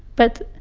but